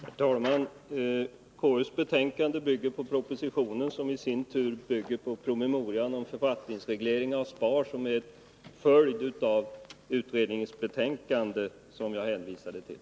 Herr talman! Konstitutionsutskottets betänkande bygger på propositionen, som i sin tur bygger på en promemoria om en författningsreglering av SPAR som är en följd av det utredningsbetänkande som jag hänvisade till.